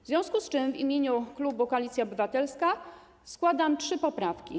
W związku z tym w imieniu klubu Koalicja Obywatelska składam trzy poprawki.